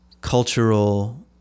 cultural